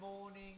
morning